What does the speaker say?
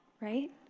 right